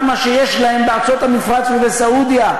מה שיש להם בארצות המפרץ ובסעודיה.